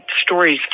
stories